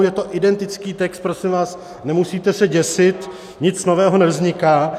Je to identický text, prosím vás, nemusíte se děsit, nic nového nevzniká.